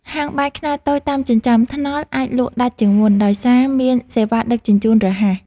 ហាងបាយខ្នាតតូចតាមចិញ្ចើមថ្នល់ អាចលក់ដាច់ជាងមុន ដោយសារមានសេវាដឹកជញ្ជូនរហ័ស។